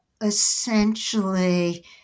essentially